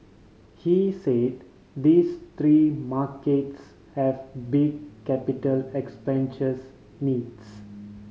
he said these three markets have big capital expenditures needs